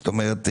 זאת אומרת,